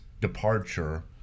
departure